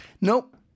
Nope